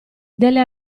delle